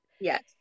yes